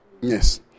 Yes